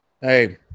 hey